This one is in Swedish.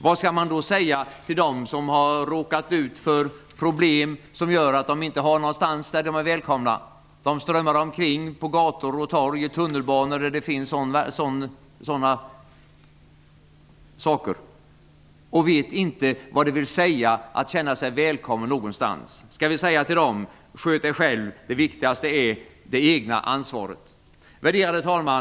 Vad skall man då säga till dem som har råkat ut för problem som gör att de inte är välkomna någonstans? De går omkring på gator och torg och i tunnelbanor, och de vet inte vad det vill säga att känna sig välkommen. Skall vi säga till dem: Sköt dig själv - det viktigaste är det egna ansvaret! Värderade talman!